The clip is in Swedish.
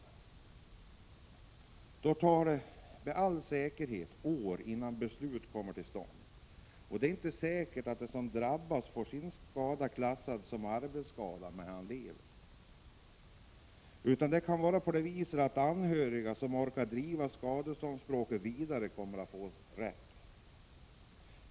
I sådana fall tar det med all säkerhet år innan beslut kommer till stånd, och det är inte säkert att den som drabbas får sin skada klassad som arbetsskada medan han lever, utan det kan vara så att anhöriga som orkar driva skadeståndsanspråken vidare får rätt.